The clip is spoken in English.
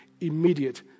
immediate